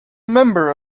member